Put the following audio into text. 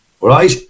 Right